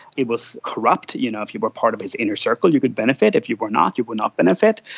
it was corrupt, you know, if you were part of his inner circle you could benefit if you were not you would not benefit.